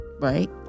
right